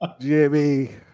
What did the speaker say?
Jimmy